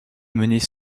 menées